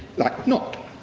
like not.